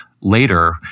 later